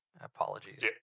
Apologies